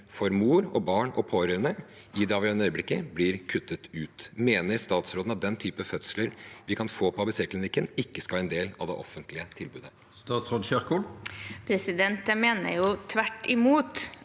for mor, barn og pårørende i det avgjørende øyeblikket – blir kuttet ut. Mener statsråden at den type fødsel man kan få på ABCklinikken, ikke skal være en del av det offentlige tilbudet? Statsråd Ingvild Kjerkol Jeg mener tvert imot.